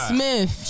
Smith